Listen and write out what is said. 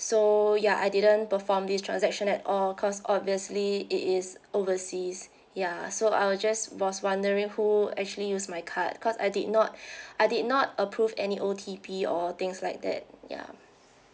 so ya I didn't perform this transaction at all cause obviously it is overseas ya so I was just was wondering who actually use my card cause I did not I did not approve any O_T_P or things like that ya